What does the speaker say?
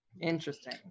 Interesting